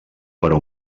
però